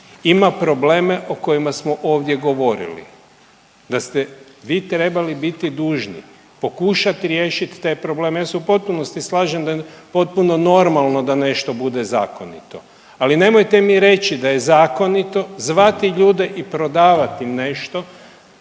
ima probleme o kojima smo ovdje govorili? Da ste vi trebali biti dužni pokušati riješiti te probleme. Ja se u potpunosti slažem da je potpuno normalno da nešto bude zakonito, ali nemojte mi reći da je zakonito zvati ljude i prodavati nešto,